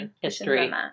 history